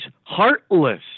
heartless